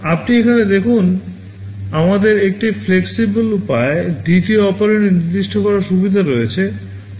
আপনি এখানে দেখুন আমাদের একটি FLEXIBLE উপায়ে দ্বিতীয় অপারেন্ড নির্দিষ্ট করার সুবিধা রয়েছে